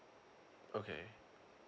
okay